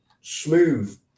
smooth